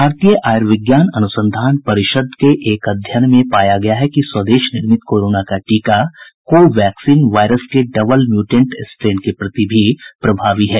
भारतीय आय्र्विज्ञान अनुसंधान परिषद के एक अध्ययन में पाया गया है कि स्वदेश निर्मित कोरोना का टीका कोवैक्सीन वायरस के डबल म्यूटेंट स्ट्रेन के प्रति भी प्रभावी है